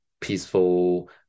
peaceful